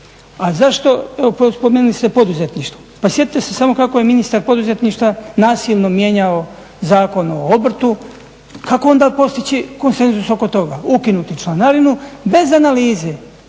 A zašto, spomenuli ste poduzetništvo, pa sjetite se samo kako je ministar poduzetništva nasilno mijenjao Zakon o obrtu. Kako onda postići konsenzus oko toga? Ukinuti članarinu bez analize.